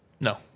No